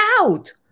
out